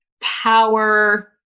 power